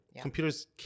Computers